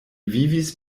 vivis